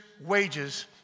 wages